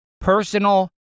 personal